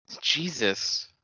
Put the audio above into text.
Jesus